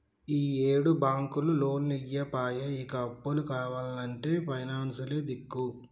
ఈయేడు బాంకులు లోన్లియ్యపాయె, ఇగ అప్పు కావాల్నంటే పైనాన్సులే దిక్కు